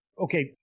okay